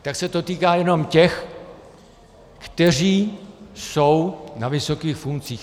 Tak se to týká jenom těch, kteří jsou na vysokých funkcích.